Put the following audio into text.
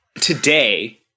today